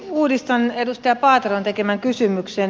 uudistan edustaja paateron tekemän kysymyksen